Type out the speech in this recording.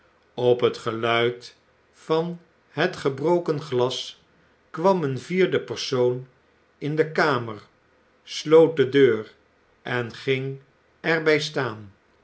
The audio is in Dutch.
op het geluid van het gebroken glas kwam een vierde persoon in de kamer sloot de deur en ging er by staan